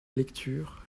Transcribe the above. lecture